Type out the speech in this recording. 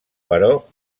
però